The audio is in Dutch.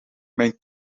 mijn